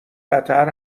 قطر